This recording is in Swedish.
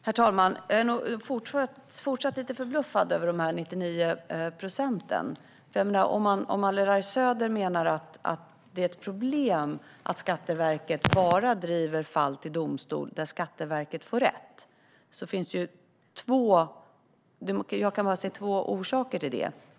Herr talman! Jag är fortfarande lite förbluffad över de 99 procenten. Om Larry Söder menar att det är ett problem att Skatteverket bara driver fall till domstol där Skatteverket får rätt kan jag bara se två orsaker till det.